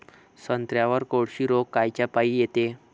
संत्र्यावर कोळशी रोग कायच्यापाई येते?